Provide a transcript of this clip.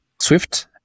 Swift